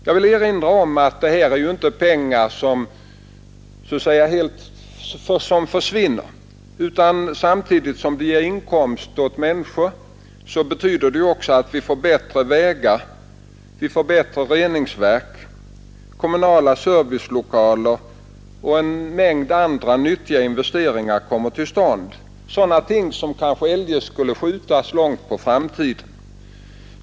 Jag vill erinra om att det här inte rör sig om pengar som helt försvinner, utan samtidigt som de ger inkomster åt människor ger de också bättre vägar, bättre reningsverk, kommunala servicelokaler och en mängd andra nyttiga investeringar kommer till stånd, ting som kanske eljest skulle skjutas långt på framtiden.